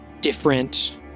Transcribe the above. different